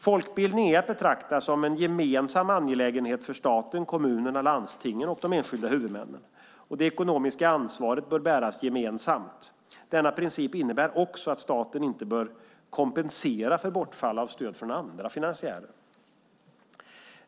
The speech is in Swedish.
Folkbildningen är att betrakta som en gemensam angelägenhet för staten, kommunerna, landstingen och de enskilda huvudmännen. Det ekonomiska ansvaret bör bäras gemensamt. Denna princip innebär också att staten inte bör kompensera för bortfall av stöd från andra finansiärer.